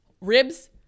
Ribs